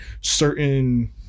certain